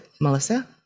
Melissa